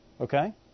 Okay